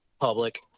public